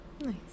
Nice